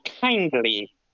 kindly